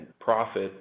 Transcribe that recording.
profit